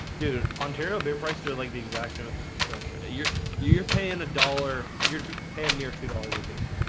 dude ontario beer prices are like the exact same don't show your you're paying a dollar your hand near two dollars a beer